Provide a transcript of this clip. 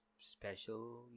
special